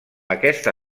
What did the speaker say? aquesta